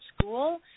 school